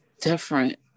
different